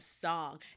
song